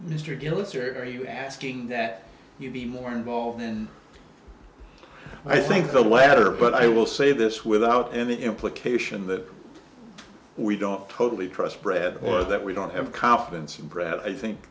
or are you asking that you be more involved and i think the latter but i will say this without any implication that we don't totally trust bread or that we don't have confidence in brad i think